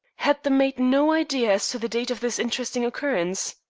had the maid no idea as to the date of this interesting occurrence?